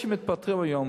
מה שקורה כאן,